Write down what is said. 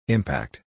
Impact